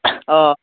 অ